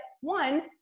one